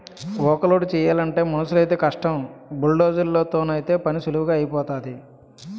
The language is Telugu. ఊక లోడు చేయలంటే మనుసులైతేయ్ కష్టం బుల్డోజర్ తోనైతే పనీసులువుగా ఐపోతాది